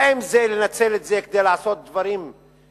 האם זה לנצל את זה כדי לעשות דברים שיקברו